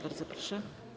Bardzo proszę.